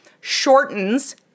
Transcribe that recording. shortens